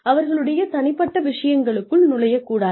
அவர்களுடைய தனிப்பட்ட விஷயங்களுக்குள் நுழையக் கூடாது